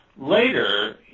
later